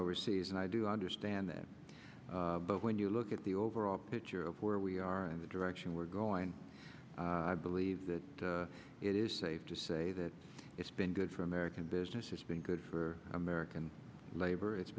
overseas and i do understand that but when you look at the overall picture of where we are in the direction we're going believe that it is safe to say that it's been good for american business it's been good for american labor it's